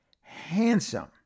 handsome